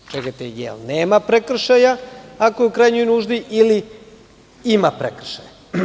Čekajte, jel nema prekršaja ako je u krajnjoj nuždi ili ima prekršaja?